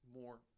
more